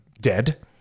dead